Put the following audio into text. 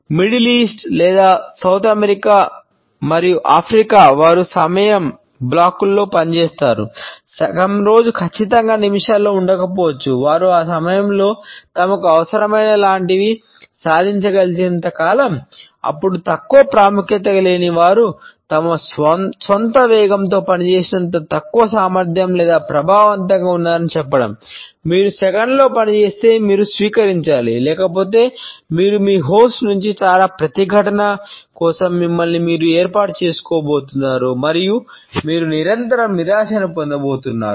middle East నుండి చాలా ప్రతిఘటన కోసం మిమ్మల్ని మీరు ఏర్పాటు చేసుకోబోతున్నారు మరియు మీరు నిరంతరం నిరాశను పొందబోతున్నారు